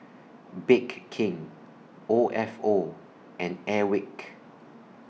Bake King O F O and Airwick